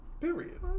Period